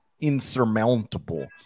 insurmountable